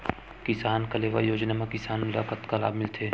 किसान कलेवा योजना म किसान ल का लाभ मिलथे?